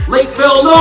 Lakeville